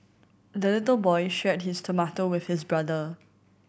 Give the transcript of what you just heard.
the little boy shared his tomato with his brother